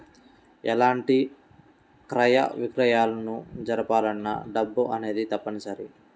ఎలాంటి క్రయ విక్రయాలను జరపాలన్నా డబ్బు అనేది తప్పనిసరి